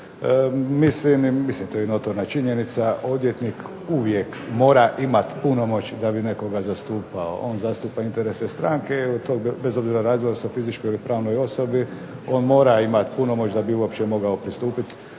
Mislim to je i notorna činjenica. Odvjetnik uvijek mora imati punomoć da bi nekoga zastupao. On zastupa interese stranke i to bez obzira radilo se o fizičkoj ili pravnoj osobi on mora imati punomoć da bi uopće mogao pristupiti